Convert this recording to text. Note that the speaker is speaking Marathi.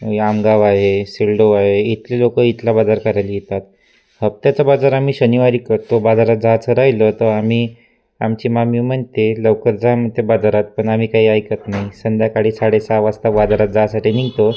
लामगाव आहे सिल्डो आहे इथले लोक इथला बाजार करायला येतात हफ्त्याचा बाजार आम्ही शनिवारी करतो बाजारात जायचं राहिलं तर आम्ही आमची मामी म्हणते लवकर जा म्हणते आहे बाजारात पण आम्ही काही ऐकत नाही संध्याकाळी साडेसहा वासता बाजारात जायसाठी निघतो